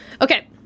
Okay